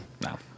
No